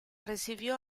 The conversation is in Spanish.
recibió